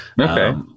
Okay